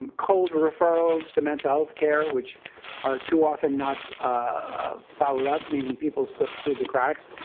cold referrals to mental health care, which are too often not ah followed up, meaning people slip through the cracks.